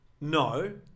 No